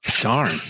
Darn